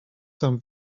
some